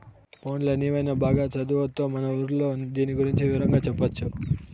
పోన్లే నీవైన బాగా చదివొత్తే మన ఊర్లో దీని గురించి వివరంగా చెప్పొచ్చు